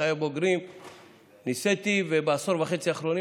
ובחיי הבוגרים נישאתי ובעשור וחצי האחרונים